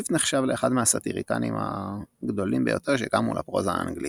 סוויפט נחשב לאחד מהסאטריקנים הגדולים ביותר שקמו לפרוזה האנגלית.